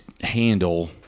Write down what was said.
handle